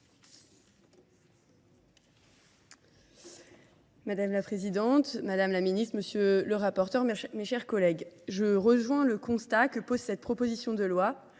Madame la Présidente, Madame la Ministre, Monsieur le rapporteur, mes chers collègues, je rejoins le constat que pose cette proposition de loi.